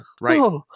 Right